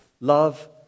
Love